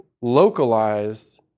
localized